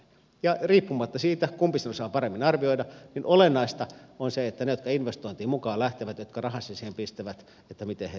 ja riippumatta siitä kumpi sen osaa paremmin arvioida olennaista on se miten ne jotka investointiin mukaan lähtevät jotka rahansa siihen pistävät sen arvioivat